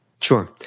Sure